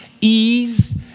ease